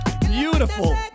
beautiful